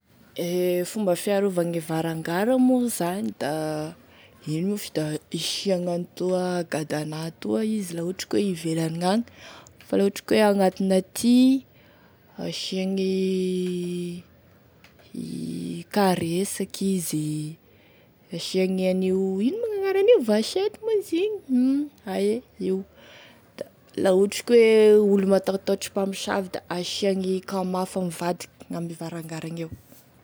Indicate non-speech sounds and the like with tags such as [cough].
E fomba fiarovagne varangara moa zany da ino moa fa da isiagny an'itoa gadana toa izy laha ohatry ka ivelane agny fa la ohatry ka hoe agnatiny aty, asiagny [hesitation] karesaky izy asiagny an'io ino moa gn'agnaran'io vachette moa izy igny, hum ie io la ohatry ka hoe olo mataotaotry mpamosavy da asiagny kamafa mivadiky ame varangara eo.